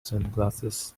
sunglasses